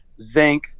zinc